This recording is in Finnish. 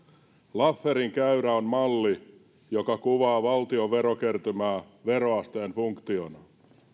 lafferin käyrä on malli joka kuvaa valtion verokertymää veroasteen funktiona